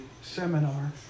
seminar